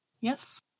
Yes